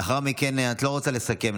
לאחר מכן את לא רוצה לסכם,